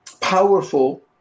powerful